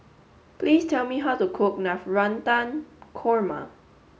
please tell me how to cook Navratan Korma